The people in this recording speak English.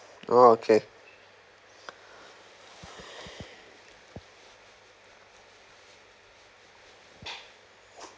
orh okay